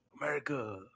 America